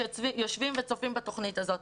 שיושבים וצופים בתכנית הזאת.